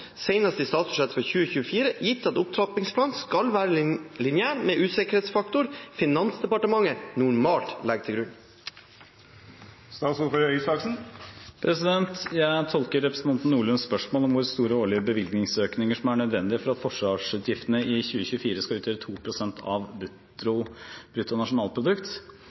i statsbudsjettet for 2024, gitt at opptrappingsplanen skal være lineær med den usikkerhetsfaktoren som Finansdepartementet normalt legger til grunn?» Jeg tolker representanten Nordlunds spørsmål som hvor store årlige bevilgningsøkninger som er nødvendige for at forsvarsutgiftene i 2024 skal utgjøre 2 pst. av